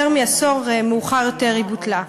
יותר מעשור מאוחר יותר היא בוטלה,